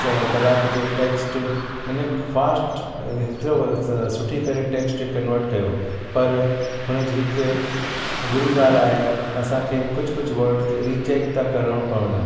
त कलाक जो टेक्स्ट हिन हिकु फास्ट सुठी करे टेक्स्ट कंवट कयो पर हुन जी हिकु बुरी ॻाल्हि आहे त असांखे कुझु कुझु वड्स रिचैक त करिणो पवनि